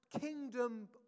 kingdom